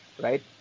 right